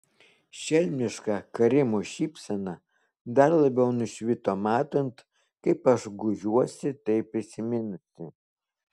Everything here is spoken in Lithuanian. šelmiška karimo šypsena dar labiau nušvito matant kaip aš gūžiuosi tai prisiminusi